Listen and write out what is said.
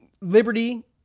Liberty